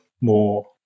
more